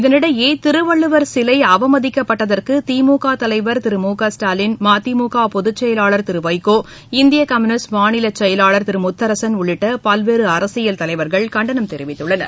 இதனிடையே திருவள்ளுவர் சிலை அவமதிக்கப்பட்டதற்கு திமுக தலைவர் திரு மு க ஸ்டாலின் மதிமுக பொதுச்செயலாளர் திரு வைகோ இந்திய கம்யூனிஸ்ட் மாநில செயலாளர் திரு முத்தரசன் உள்ளிட்ட பல்வேறு அரசியல் கட்சி தலைவர்கள் கண்டனம் தெரிவித்துள்ளனர்